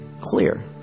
clear